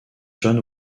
john